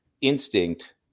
instinct